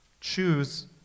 choose